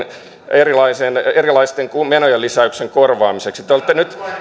erilaisten erilaisten menojen lisäyksen korvaamiseksi te olette nyt